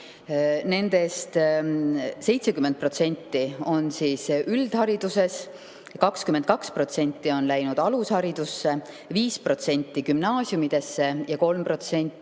nendest 70% on üldhariduses, 22% on läinud alusharidusse, 5% gümnaasiumidesse ja 3%